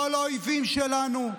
לא על האויבים שלנו.